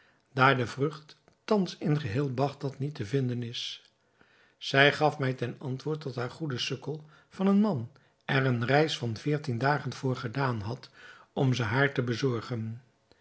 daar die vrucht thans in geheel bagdad niet te vinden is zij gaf mij ten antwoord dat haar goede sukkel van een man er eene reis van veertien dagen voor gedaan had om ze haar te bezorgen